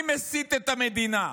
אני מסית את המדינה,